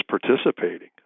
participating